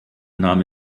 nahm